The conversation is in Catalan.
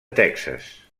texas